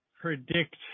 predict